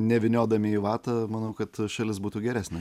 nevyniodami į vatą manau kad šalis būtų geresnė